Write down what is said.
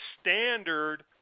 standard